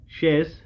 shares